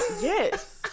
Yes